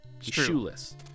shoeless